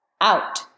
out